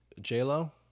J-Lo